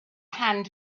hand